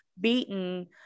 beaten